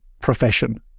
profession